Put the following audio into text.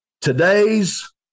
Today's